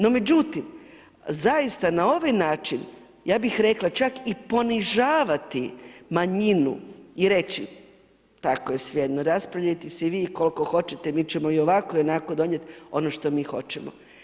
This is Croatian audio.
No, međutim, zaista na ovaj način, ja bih rekla čak i ponižavati manjinu i reći, tako je sve jedno, raspravljati se i vi koliko hoćete, mi ćemo i ovako i onako donijeti ono što mi hoćemo.